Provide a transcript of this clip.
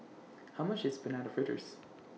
How much IS Banana Fritters